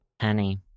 Honey